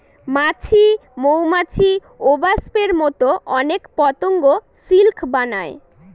মাছি, মৌমাছি, ওবাস্পের মতো অনেক পতঙ্গ সিল্ক বানায়